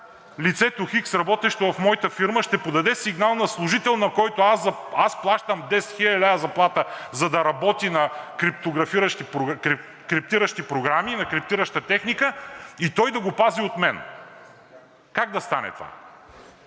лицето Хикс, работещо в моята фирма, ще подаде сигнал на служител, на когото аз плащам 10 хил. лв. заплата, за да работи на криптиращи програми и на криптираща техника, и той да го пази от мен?! Как да стане това?